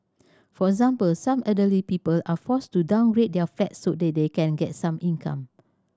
for example some elderly people are forced to downgrade their flats so that they can get some income